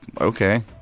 okay